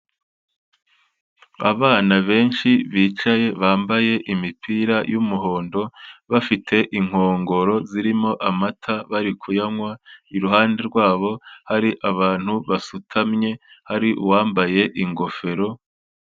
Abana benshi bicaye bambaye imipira y'umuhondo, bafite inkongoro zirimo amata bari kuyanywa, iruhande rwabo hari abantu basutamye, hari uwambaye ingofero.